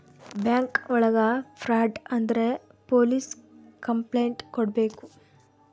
bank ಒಳಗ fraud ಆದ್ರೆ police complaint ಕೊಡ್ಬೇಕು